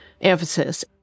emphasis